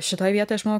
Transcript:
šitoj vietoj aš manau